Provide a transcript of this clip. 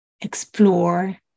explore